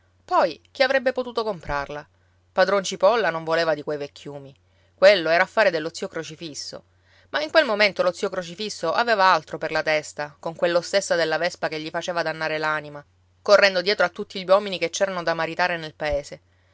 poi chi avrebbe potuto comprarla padron cipolla non voleva di quei vecchiumi quello era affare dello zio crocifisso ma in quel momento lo zio crocifisso aveva altro per la testa con quell'ossessa della vespa che gli faceva dannare l'anima correndo dietro a tutti gli uomini che c'erano da maritare nel paese